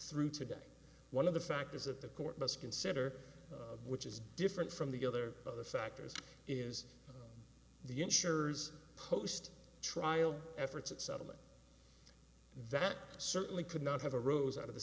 through today one of the fact is that the court must consider which is different from the other other factors is the insurers post trial efforts at settlement that certainly could not have a rose out of the